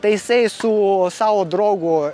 tai jisai su savo draugu